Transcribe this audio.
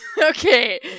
Okay